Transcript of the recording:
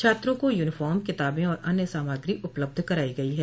छात्रों को यूनिफार्म किताबें और अन्य सामग्री उपलब्ध कराई गई है